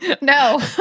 No